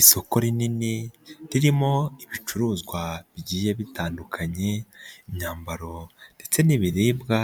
Isoko rinini ririmo ibicuruzwa bigiye bitandukanye, imyambaro ndetse n'ibiribwa